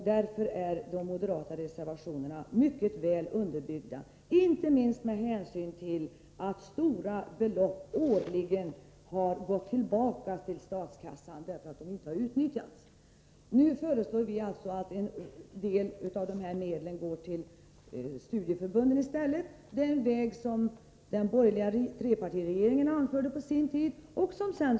Därför är de moderata reservationerna mycket väl underbyggda, inte minst med hänsyn till de stora belopp som årligen har gått tillbaka till statskassan därför att de inte har utnyttjats. Nu föreslår vi att en del av dessa medel i stället går till studieförbunden, den väg som den borgerliga trepartiregeringen på sin tid anförde.